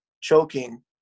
choking